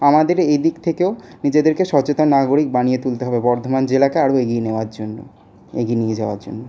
আমাদের এইদিক থেকেও নিজেদের সচেতন নাগরিক বানিয়ে তুলতে হবে বর্ধমান জেলাকে আরও এগিয়ে নেওয়ার জন্য এগিয়ে নিয়ে যাওয়ার জন্য